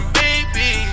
baby